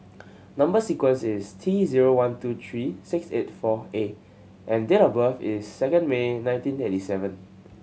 number sequence is T zero one two three six eight four A and date of birth is second May nineteen eighty seven